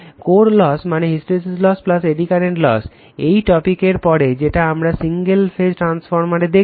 core loss মানে hysteresis loss eddy current loss এই টপিকের পরে যেটা আমরা সিঙ্গেল ফেজ ট্রান্সফরমারে দেখবো